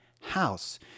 House